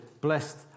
blessed